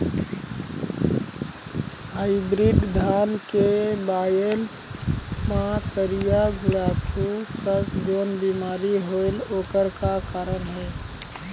Hybrid धान के बायेल मां करिया गुड़ाखू कस जोन बीमारी होएल ओकर का कारण हे?